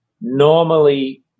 Normally